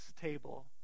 table